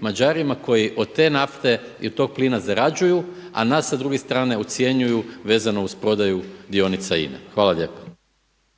Mađarima koji od te nafte i od tog plina zarađuju, a nas sa druge strane ocjenjuju vezano uz prodaju dionica INA-e. Hvala lijepo.